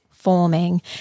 Forming